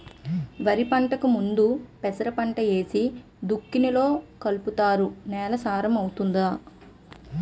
వరిపంటకు ముందు పెసరపంట ఏసి దుక్కిలో కలుపుతారు నేల సారం అవుతాది